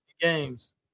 games